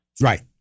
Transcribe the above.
Right